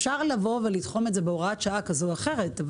אפשר לבוא ולתחום את זה בהוראת שעה כזו או אחרת.